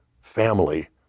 family